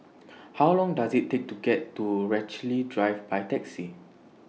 How Long Does IT Take to get to Rochalie Drive By Taxi